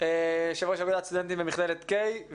יושב-ראש אגודת הסטודנטים במכללת קיי,